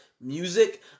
music